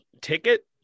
ticket